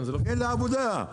אין לה עבודה.